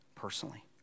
personally